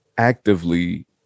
Actively